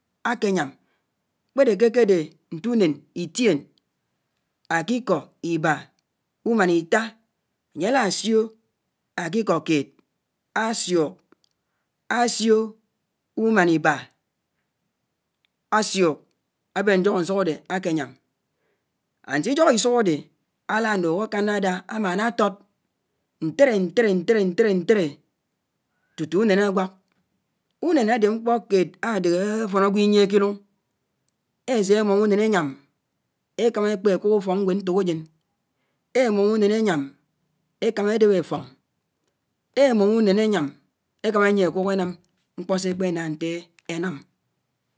Ákéyàm, kpédé kékédé ñtùnén ítíón, ákíkó íbá ùmán itá, ányé álásiò ákíkó kéd ásùk, ásiò ùmán íbá ásùk ábén ñlógónsùhó ádé ákéyám, ánsídógó ísùhó ádé álánùhó ákánádá ámáná á tót, ñtéré ñtéré, ñtéré, ñtéré, tùtù ùnén ágwák, ùnén ádé mkpó kéd ádéhé áfón ágwò ínyié kílùñ, ésémùm ùnén ényám ékámá ékpé ákùk ùfókñgwéd ñtòkásén, émùm ùnén ényám ékámá ébéd áfóñ, émùm ùnén ényám ékámá ínyié ákùk énám mkpó sé ékpéná ñté énám.